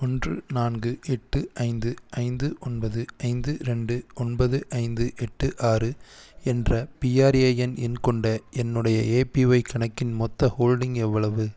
ஒன்று நான்கு எட்டு ஐந்து ஐந்து ஒன்பது ஐந்து ரெண்டு ஒன்பது ஐந்து எட்டு ஆறு என்ற பிஆர்ஏஎன் எண் கொண்ட என்னுடைய ஏபிஒய் கணக்கின் மொத்த ஹோல்டிங் எவ்வளவு